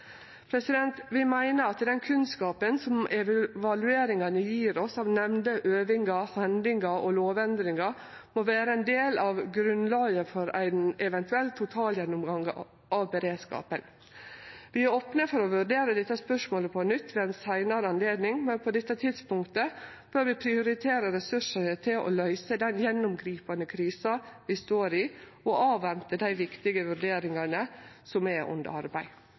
Vi meiner at den kunnskapen som evalueringane gjev oss av nemnde øvingar, hendingar og lovendringar, må vere ein del av grunnlaget for ein eventuell totalgjennomgang av beredskapen. Vi er opne for å vurdere spørsmålet på nytt ved ei seinare anledning, men på dette tidspunktet bør vi prioritere ressursane til å løyse den gjennomgripande krisa vi står i, og avvente dei viktige vurderingane som er under arbeid.